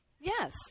Yes